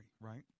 right